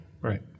Right